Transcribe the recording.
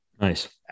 Nice